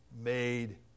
made